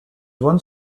one